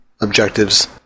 objectives